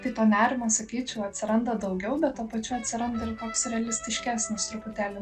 tai to nerimo sakyčiau atsiranda daugiau bet tuo pačiu atsiranda ir toks realistiškesnis truputėlį